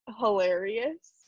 hilarious